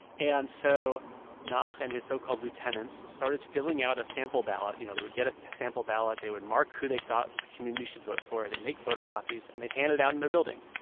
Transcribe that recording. and so naakh and his so-called lieutenants started filling out a sample ballot. you know, they would get a sample ballot. they would mark who they thought the community should vote for. they'd make photocopies, and they'd hand it out in their building.